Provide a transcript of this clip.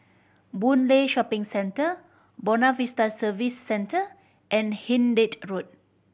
Boon Lay Shopping Centre Buona Vista Service Centre and Hindhede Road